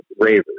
ravers